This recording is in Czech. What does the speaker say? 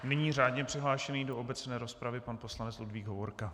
Nyní řádně přihlášený do obecné rozpravy pan poslanec Ludvík Hovorka.